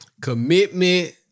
Commitment